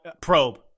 probe